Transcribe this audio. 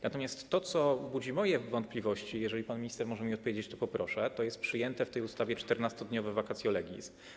Natomiast to, co budzi moje wątpliwości, jeżeli pan minister może mi odpowiedzieć, to poproszę, to jest przyjęte w tej ustawie 14-dniowe vacatio legis.